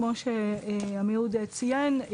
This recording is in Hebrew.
כמו שעמיהוד ציין,